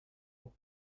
nous